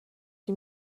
die